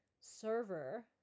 server